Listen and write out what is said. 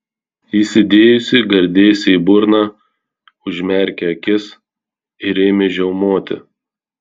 įsidėjusi gardėsį į burną užmerkė akis ir ėmė žiaumoti